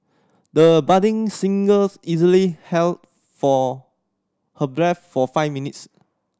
the budding singers easily held for her breath for five minutes